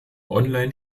online